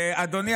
אדוני